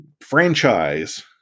Franchise